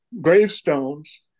gravestones